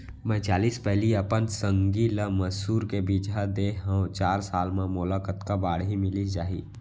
मैं चालीस पैली अपन संगी ल मसूर के बीजहा दे हव चार साल म मोला कतका बाड़ही मिलिस जाही?